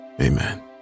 Amen